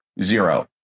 Zero